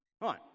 Right